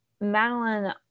Madeline